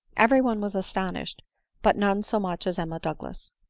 every one was astonished but none so much as emma douglas.